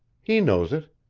he knows it.